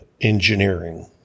engineering